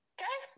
Okay